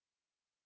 ya